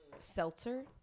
Seltzer